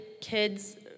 kids